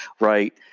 right